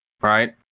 right